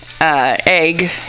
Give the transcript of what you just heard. egg